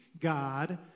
God